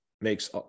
makes